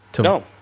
No